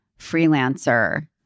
freelancer